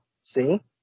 See